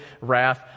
wrath